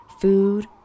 food